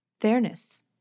fairness